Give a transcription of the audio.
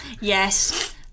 Yes